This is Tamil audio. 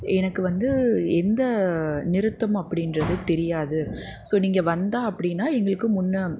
எனக்கு வந்து எந்த நிறுத்தம் அப்படின்றது தெரியாது ஸோ நீங்கள் வந்தால் அப்படின்னா எங்களுக்கு முன்னே